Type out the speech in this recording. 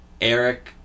eric